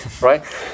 right